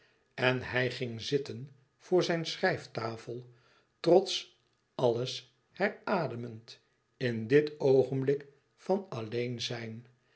en hij ging zitten voor zijne schrijftafel trots alles herademend in dit oogenblik van alleen-zijn